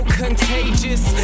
contagious